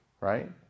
Right